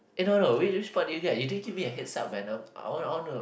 eh no no which which part did you get you didn't give me a heads up man I wanna I want to